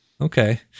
okay